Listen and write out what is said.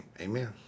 amen